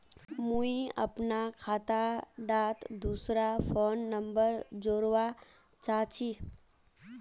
मुई अपना खाता डात दूसरा फोन नंबर जोड़वा चाहची?